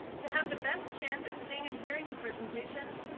to have the best chance at seeing and hearing the presentation,